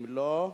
אם לא,